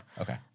okay